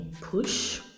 push